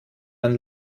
ein